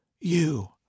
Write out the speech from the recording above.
You